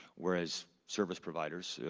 whereas service providers,